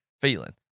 feeling